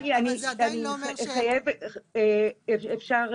אני מציע שבהפסקה